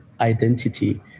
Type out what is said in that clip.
identity